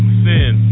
sin